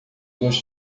dos